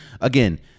again